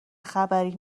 خبری